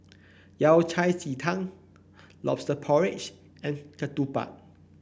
Yao Cai Ji Tang lobster porridge and ketupat